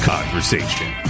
Conversation